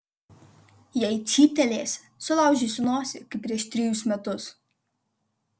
jei cyptelėsi sulaužysiu nosį kaip prieš trejus metus